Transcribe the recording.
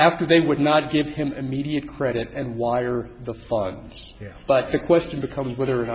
after they would not give him immediate credit and wire the five but the question becomes whether